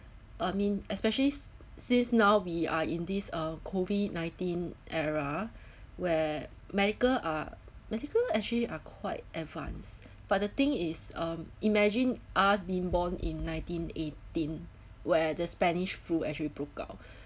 I mean especially s~ since now we are in this uh COVID nineteen era where medical uh medical actually are quite advance but the thing is um imagine us being born in nineteen eighteen where the spanish flu actually broke out